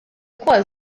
ukoll